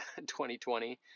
2020